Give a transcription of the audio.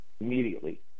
immediately